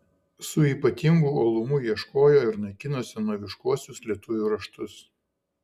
su ypatingu uolumu ieškojo ir naikino senoviškuosius lietuvių raštus